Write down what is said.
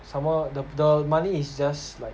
somemore the the money is just like